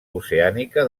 oceànica